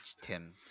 Tim